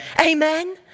Amen